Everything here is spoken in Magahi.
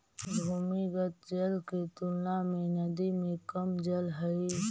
भूमिगत जल के तुलना में नदी में कम जल हई